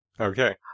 Okay